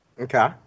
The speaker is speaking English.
Okay